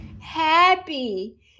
happy